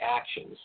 actions